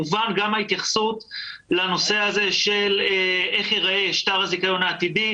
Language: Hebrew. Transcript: ההתייחסות לנושא הזה של איך ייראה שטר הזיכיון העתידי,